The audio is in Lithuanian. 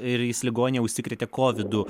ir jis ligonėj užsikrėtė kovidu